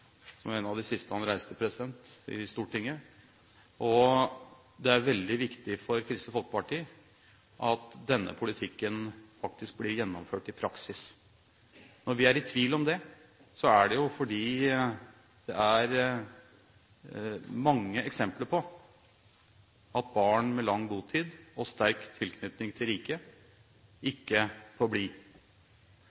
en av de siste han reiste – i Stortinget, og det er veldig viktig for Kristelig Folkeparti at denne politikken blir gjennomført i praksis. Når vi er i tvil om dette, er det jo fordi det er mange eksempler på at barn med lang botid og sterk tilknytning til